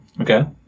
Okay